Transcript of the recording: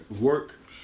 work